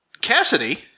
Cassidy